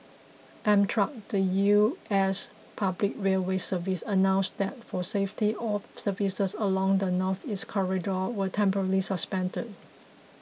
Amtrak the U S public railway service announced that for safety all services along the Northeast Corridor were temporarily suspended